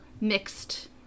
mixed